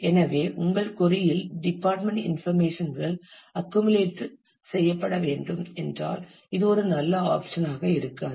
எனவே உங்கள் கொறி இல் டிபார்ட்மென்ட் இன்ஃபர்மேஷன்கள் அக்குமுல்லேட் செய்யப்பட வேண்டும் என்றால் இது ஒரு நல்ல ஆப்சன் ஆக இருக்காது